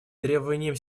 требованиям